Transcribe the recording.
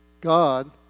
God